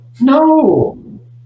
No